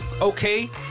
okay